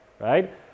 right